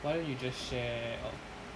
why don't you just share um